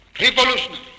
revolutionary